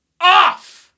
off